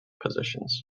positions